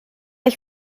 ich